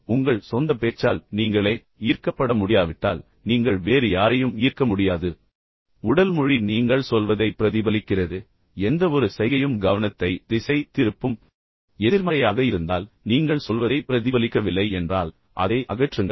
உங்கள் சொந்த பேச்சால் நீங்களே ஈர்க்கப்பட முடியாவிட்டால் நீங்கள் வேறு யாரையும் ஈர்க்க முடியாது உடல் மொழி நீங்கள் சொல்வதை பிரதிபலிக்கிறது எந்தவொரு சைகையும் கவனத்தை திசை திருப்பும் எதிர்மறையாக இருந்தால் நீங்கள் சொல்வதை பிரதிபலிக்கவில்லை என்றால் அதை அகற்றுங்கள்